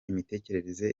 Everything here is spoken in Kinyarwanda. imitekerereze